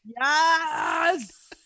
Yes